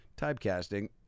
Typecasting